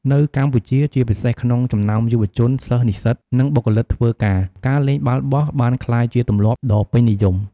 នៅកម្ពុជា ជាពិសេសក្នុងចំណោមយុវជន សិស្ស និស្សិត និងបុគ្គលិកធ្វើការ ការលេងបាល់បោះបានក្លាយជាទម្លាប់ដ៏ពេញនិយម។